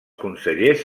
consellers